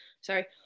sorry